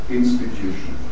institution